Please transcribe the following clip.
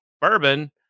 bourbon